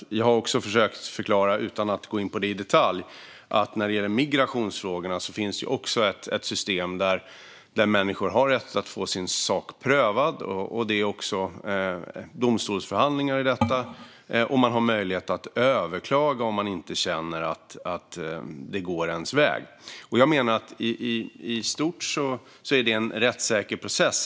Jag har också försökt att förklara, utan att gå in på det i detalj, att när det gäller migrationsfrågorna finns det ett system där människor har rätt att få sin sak prövad. Det är också domstolsförhandlingar i detta, och man har möjlighet att överklaga om man inte känner att det går ens väg. Jag menar att det i stort är en rättssäker process.